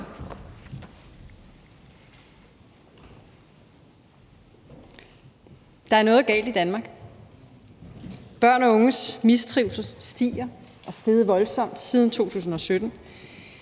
Der er noget galt i Danmark. Børn og unges mistrivsel stiger og er steget voldsomt siden 2017.